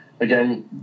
again